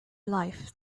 life